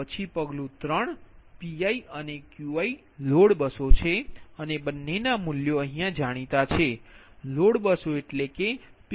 પછી પગલું 3 Pischeduled અને Qischeduled લોડ બસો છે અને બંનેના મૂલ્યો અહીયા જાણીતા છે લોડ બસો એટલે કે PQ બસો